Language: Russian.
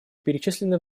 перечислены